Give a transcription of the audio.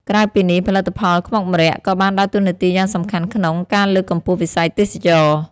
ក្រៅពីនេះ ផលិតផលខ្មុកម្រ័ក្សណ៍ក៏បានដើរតួនាទីយ៉ាងសំខាន់ក្នុង ការលើកកម្ពស់វិស័យទេសចរណ៍។